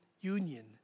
union